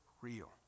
real